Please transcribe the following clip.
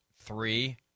Three